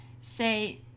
say